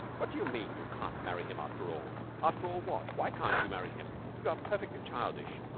what do you mean you can't marry him after all? after all what? why can't you marry him? you are perfectly childish.